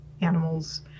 animals